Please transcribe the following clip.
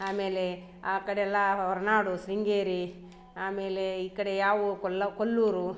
ಆಮೇಲೆ ಆ ಕಡೆಯೆಲ್ಲಾ ಹೊರನಾಡು ಶೃಂಗೇರಿ ಆಮೇಲೆ ಈ ಕಡೆ ಯಾವು ಕೊಲ್ಲ ಕೊಲ್ಲೂರು